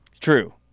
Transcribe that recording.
True